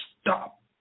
stop